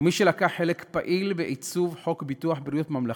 ומי שלקח חלק פעיל בעיצוב חוק ביטוח בריאות ממלכתי,